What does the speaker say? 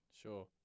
Sure